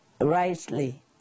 rightly